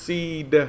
Seed